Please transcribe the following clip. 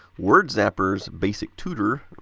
word zappers, basic tutor,